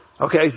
Okay